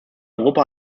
europa